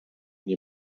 nie